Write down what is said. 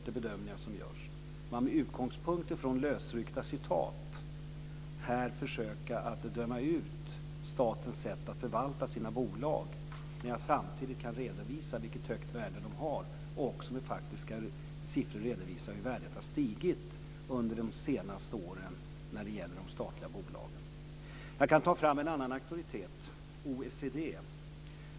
Men det är en annan sak att med utgångspunkt i lösryckta citat här försöka att döma ut statens sätt att förvalta sina bolag, när jag samtidigt kan redovisa vilket högt värde de har och även med faktiska siffror kan redovisa hur värdet har stigit under de senaste åren. Jag kan ta fram en annan auktoritet, nämligen OECD.